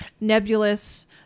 nebulous